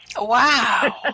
Wow